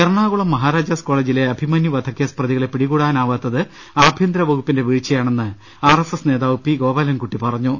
എറണാകുളം മഹാരാജാസ് കോളജിലെ അഭിമന്യൂ വധ ക്കേസ് പ്രതികളെ പ്പിടികൂടാനാവാത്തത് ആഭ്യന്തര വകുപ്പിന്റെ വീഴ്ചയാണെന്ന് ആർഎസ്എസ് നേതാവ് പി ഗോപാലൻകുട്ടി പറഞ്ഞു